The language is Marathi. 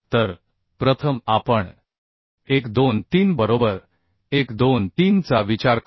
तर प्रथम आपण 1 2 3 बरोबर 1 2 3 चा विचार करू